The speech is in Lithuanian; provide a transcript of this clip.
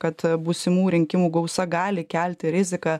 kad būsimų rinkimų gausa gali kelti riziką